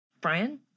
Brian